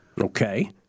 Okay